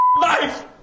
life